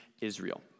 Israel